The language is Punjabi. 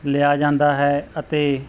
ਲਿਆ ਜਾਂਦਾ ਹੈ ਅਤੇ